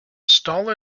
stall